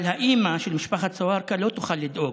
אבל האימא של משפחת סווארכה לא תוכל לדאוג,